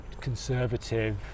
conservative